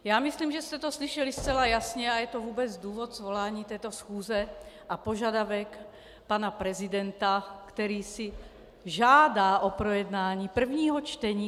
Já myslím, že jste to slyšeli zcela jasně a je to vůbec důvod svolání této schůze a požadavek pana prezidenta, který si žádá o projednání prvního čtení.